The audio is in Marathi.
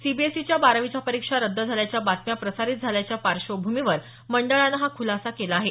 सीबीएसईच्या बारावीच्या परीक्षा रद्द झाल्याच्या बातम्या प्रसारित झाल्याच्या पार्श्वभूमीवर मंडळानं हा खुलासा केला आहे